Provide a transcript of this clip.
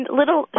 little